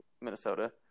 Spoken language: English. Minnesota